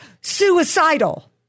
suicidal